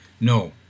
no